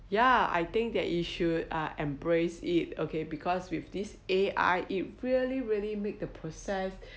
yeah I think we should embrace it okay because with this A_I it really really makes the process